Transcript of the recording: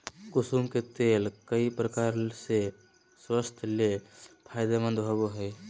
कुसुम के तेल कई प्रकार से स्वास्थ्य ले फायदेमंद होबो हइ